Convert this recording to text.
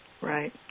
right